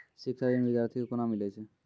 शिक्षा ऋण बिद्यार्थी के कोना मिलै छै?